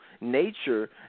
nature